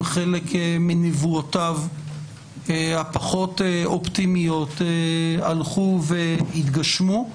חלק מנבואותיו הפחות אופטימיות הלכו והתגשמו,